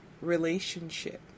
relationship